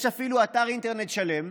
יש אפילו אתר אינטרנט שלם,